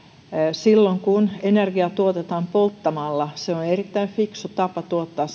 silloin kun energiaa tuotetaan polttamalla se on on erittäin fiksu tapa tuottaa